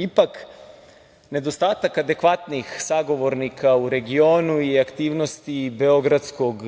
Ipak, nedostatak adekvatnih sagovornika u regionu i aktivnosti beogradskog